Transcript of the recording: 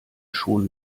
schon